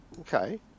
Okay